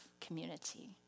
community